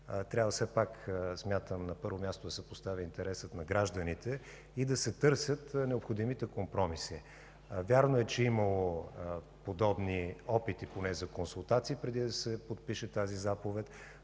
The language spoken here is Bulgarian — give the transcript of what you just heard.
все пак смятам на първо място да се постави интересът на гражданите и да се търсят необходимите компромиси. Вярно е, че има подобни опити, поне за консултации, преди да се подпише тази заповед.